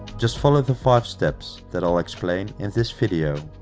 just follow the five steps that i'll explain in this video.